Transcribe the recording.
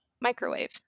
microwave